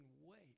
wait